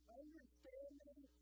understanding